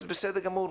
אז בסדר גמור,